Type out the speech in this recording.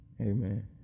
Amen